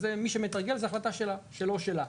אז מי שמתרגל, זה החלטה שלו או שלה.